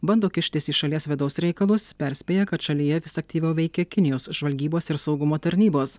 bando kištis į šalies vidaus reikalus perspėja kad šalyje vis aktyviau veikia kinijos žvalgybos ir saugumo tarnybos